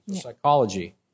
Psychology